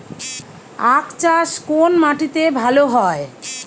আখ চাষ কোন মাটিতে ভালো হয়?